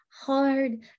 hard